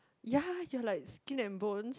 ya you're like skin and bones